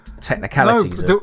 technicalities